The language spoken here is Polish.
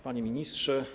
Panie Ministrze!